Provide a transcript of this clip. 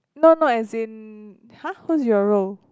no no as in !huh! who's your role